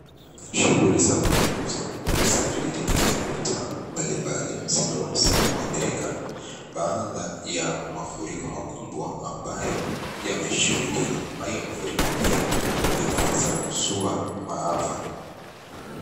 Shughuli za uchukuuzi na usafiri katika mitaa mbalimbali zimeweza kuathirika baada ya mafuriko makubwa ambayo yameshuhudiwa. Hayo mafuriko pia, yameweza kuzua maafa.